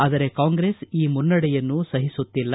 ಆದರೆ ಕಾಂಗ್ರೆಸ್ ಈ ಮುನ್ನಡೆಯನ್ನು ಸಹಿಸುತ್ತಿಲ್ಲ